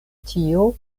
tio